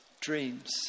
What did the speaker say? dreams